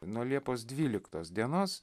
nuo liepos dvyliktos dienos